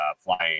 flying